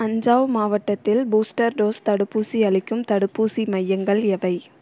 அஞ்சாவ் மாவட்டத்தில் booster dose தடுப்பூசி அளிக்கும் தடுப்பூசி மையங்கள் எவை